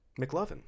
McLovin